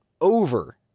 over